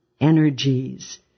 energies